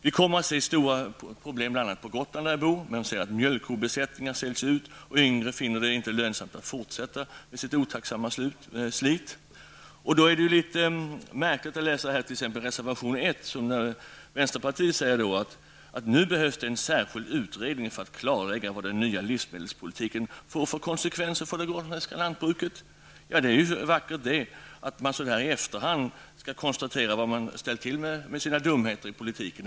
Vi kommer att få se stora problem, bl.a. på Gotland, där jag bor. Mjölkkobesättningar säljs ut och de yngre finner det inte lönsamt att fortsätta med sitt otacksamma slit. Då känns det litet märkligt att läsa reservation 1, i vilken vänsterpartiet säger att det nu behövs en särskild utredning för att klarlägga vilka konsekvenser den nya livsmedelspolitiken får för det gotländska lantbruket. Det är vackert så, att man i efterhand skall konstatera vad man har ställt till med genom sina dumheter i politiken.